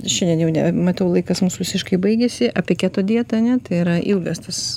šiandien jau ne matau laikas mūsų visiškai baigėsi apie keto dietą ane tai yra ilgas tas